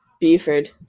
Buford